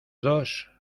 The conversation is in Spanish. dos